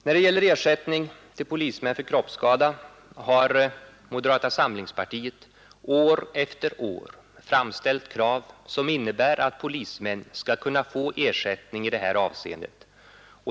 När det gäller ersättning till polismän för kroppsskada har moderata samlingspartiet år efter år framställt krav som innebär att polismän skall kunna få ersättning i det här avseendet.